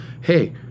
hey